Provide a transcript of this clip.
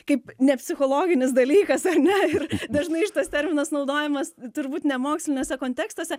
kaip ne psichologinis dalykas ar ne ir dažnai šitas terminas naudojamas turbūt ne moksliniuose kontekstuose